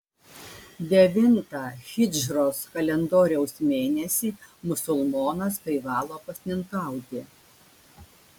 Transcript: devintą hidžros kalendoriaus mėnesį musulmonas privalo pasninkauti